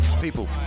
People